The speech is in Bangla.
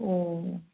ও